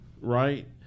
right